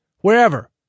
wherever